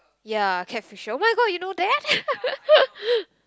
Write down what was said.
ya cat fisher my god you know that